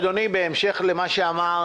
אדוני, בהמשך למה שאמר